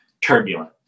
turbulent